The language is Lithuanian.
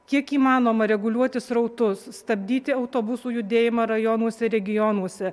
kiek įmanoma reguliuoti srautus stabdyti autobusų judėjimą rajonuose regionuose